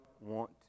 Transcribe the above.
want